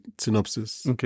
synopsis